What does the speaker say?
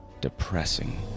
depressing